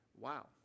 wow